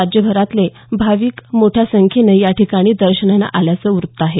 राज्यभरातले भाविक मोठ्या संख्येनं या ठिकाणी दर्शनाला आल्याचं वृत्त आहे